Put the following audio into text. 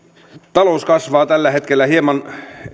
talous kasvaa tällä hetkellä hieman